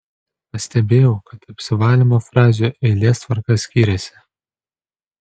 pastebėjau kad apsivalymo frazių eilės tvarka skiriasi